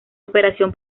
operación